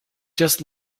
just